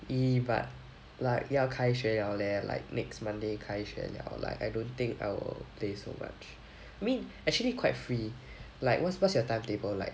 !ee! but like 要开学了 leh like next monday 开学了 like I don't think I will play so much I mean actually quite free like what's what's your timetable like